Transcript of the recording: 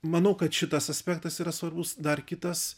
manau kad šitas aspektas yra svarbus dar kitas